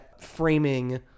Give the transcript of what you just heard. framing